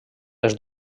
les